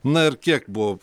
na ir kiek buvo